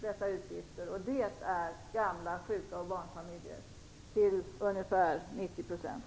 Det är gamla, sjuka och barnfamiljer till ungefär 90 %.